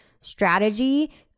strategy